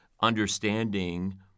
understanding